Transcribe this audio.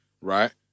Right